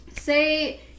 Say